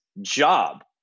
job